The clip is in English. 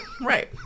Right